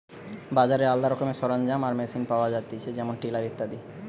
বাজারে আলদা রকমের সরঞ্জাম আর মেশিন পাওয়া যায়তিছে যেমন টিলার ইত্যাদি